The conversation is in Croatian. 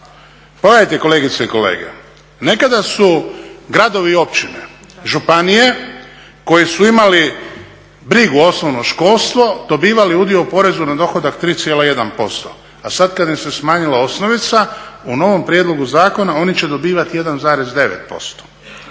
Pogledajte kolegice i kolege, nekada su gradovi i općine, županije koji su imali brigu osnovno školstvo dobivali udio u porezu na dohodak 3,1%, a sad kad im se smanjila osnovica u novom prijedlogu zakona oni će dobivati 1,9%.